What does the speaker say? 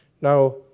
Now